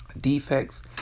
defects